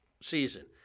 season